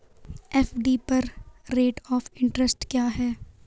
FD पर rate of interest क्या है?